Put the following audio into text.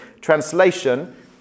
translation